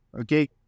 okay